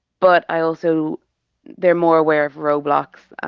but i also they're more aware of roblox,